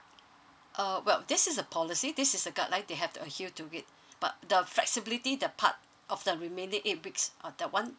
uh well this is the policy this is a guideline they have to adhere to it but the flexibility the part of the remaining eight weeks ah that one